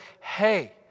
hey